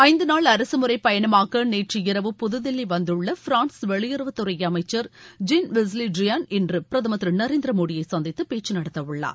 ஐந்து நாள் அரசுமுறை பயணமாக நேற்று இரவு புது தில்லி வந்துள்ள பிரான்ஸ் வெளியுறவுத் துறை அமைச்சர் ஜீன் வெஸ் லி ட்ரியன் இன்று பிரதமர் திரு நரேந்திர மோடியை சந்தித்து பேச்சு நடத்த உள்ளார்